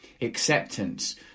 acceptance